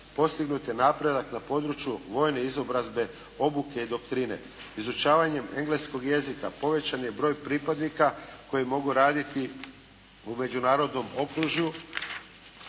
Postignut je napredak na području vojne izobrazbe, obuke i doktrine. Izučavanjem engleskog jezika povećan je broj pripadnika koji mogu raditi u međunarodnom okružju,